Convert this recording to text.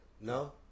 No